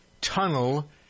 tunnel